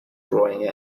drawing